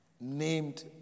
named